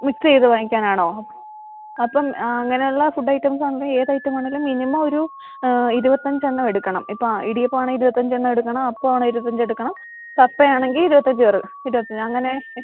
mix ചെയ്ത് വാങ്ങിക്കാനാണോ അപ്പം ആ അങ്ങനെയുള്ള ഫുഡൈറ്റംസാണേലും ഏത് ഐറ്റമാണേലും മിനിമം ഒരു ഇരുപത്തഞ്ച് എണ്ണം എടുക്കണം ഇപ്പം ഇടിയപ്പം ആണേൽ ഇരുപത്തഞ്ച് എണ്ണം എടുക്കണം അപ്പം ആണേൽ ഇരുപത്തഞ്ച് എണ്ണം കപ്പയാണെങ്കിൽ ഇരുപത്തഞ്ച് ഇരുപത്തഞ്ച് അങ്ങനെ